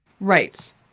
Right